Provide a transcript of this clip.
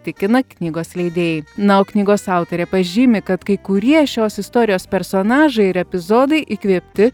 tikina knygos leidėjai na o knygos autorė pažymi kad kai kurie šios istorijos personažai ir epizodai įkvėpti